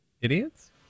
idiots